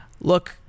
look